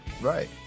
Right